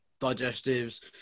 digestives